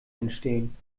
entstehen